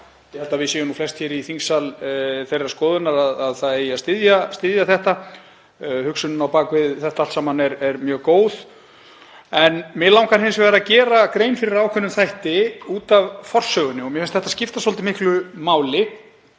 Ég held að við séum flest hér í þingsal þeirrar skoðunar að það eigi að styðja þetta. Hugsunin á bak við þetta allt saman er mjög góð. Mig langar hins vegar að gera grein fyrir ákveðnum þætti út af forsögunni sem mér finnst skipta svolítið miklu máli